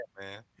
man